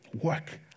Work